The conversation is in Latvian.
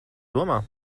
domā